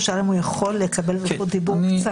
והוא שאל אם יוכל לקבל רשות דיבור קצרה,